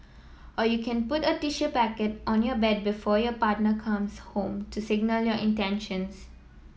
or you can put a tissue packet on your bed before your partner comes home to signal your intentions